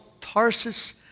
Tarsus